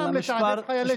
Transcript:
לא דברי טעם לתעדף חיילי צה"ל,